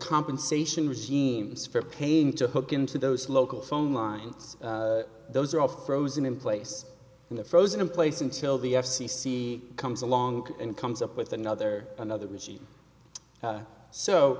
compensation regimes for paying to hook into those local phone lines those are all frozen in place and the frozen in place until the f c c comes along and comes up with another another machine